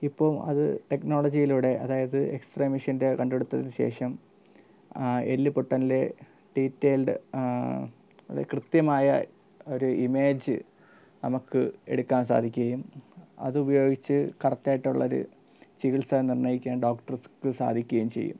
ഇപ്പോൾ അത് ടെക്നോളജിയിലൂടെ അതായത് എക്സ് റേ മെഷീൻ്റെ കണ്ടുപിടുത്തത്തിനു ശേഷം എല്ല് പൊട്ടൽ ഡീറ്റൈൽഡ് അത് കൃത്യമായ ഒര് ഇമേജ് നമുക്ക് എടുക്കാൻ സാധിക്കുകയും അതുപയോഗിച്ച് കറക്റ്റ് ആയിട്ടുള്ളൊരു ചികിത്സ നിർണ്ണയിക്കാൻ ഡോക്ടർസിനു സാധിക്കുകയും ചെയ്യും